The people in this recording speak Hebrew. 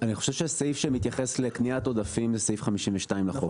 אני חושב שהסעיף שמתייחס לקניית עודפים זה סעיף 52 לחוק,